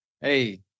Hey